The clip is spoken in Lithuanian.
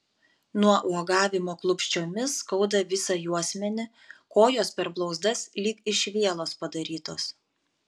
nuo uogavimo klupsčiomis skauda visą juosmenį kojos per blauzdas lyg iš vielos padarytos